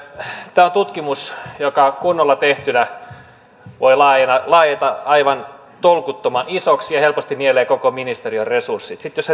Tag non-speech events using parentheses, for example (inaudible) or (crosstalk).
tämä on tutkimus joka kunnolla tehtynä voi laajeta laajeta aivan tolkuttoman isoksi ja helposti nielee koko ministeriön resurssit sitten jos (unintelligible)